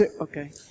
Okay